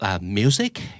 music